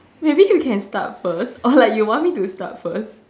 maybe you can start first or like you want me to start first